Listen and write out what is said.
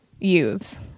youths